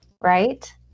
right